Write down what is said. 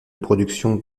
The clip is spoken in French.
production